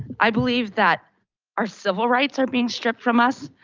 i believe that our civil rights are being stripped from us.